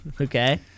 Okay